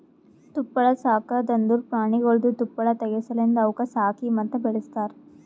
ತುಪ್ಪಳ ಸಾಕದ್ ಅಂದುರ್ ಪ್ರಾಣಿಗೊಳ್ದು ತುಪ್ಪಳ ತೆಗೆ ಸಲೆಂದ್ ಅವುಕ್ ಸಾಕಿ ಮತ್ತ ಬೆಳಸ್ತಾರ್